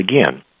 again